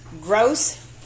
gross